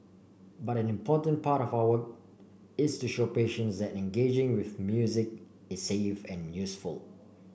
but an important part of our work is to show patients that engaging with music is safe and useful